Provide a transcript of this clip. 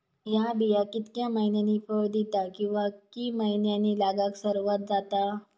हया बिया कितक्या मैन्यानी फळ दिता कीवा की मैन्यानी लागाक सर्वात जाता?